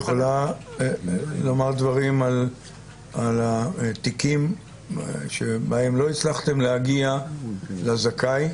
את יכולה לומר דברים על התיקים שבהם לא הצלחתם להגיע לזכאי?